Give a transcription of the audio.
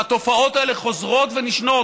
והתופעות האלה חוזרות ונשנות,